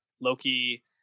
loki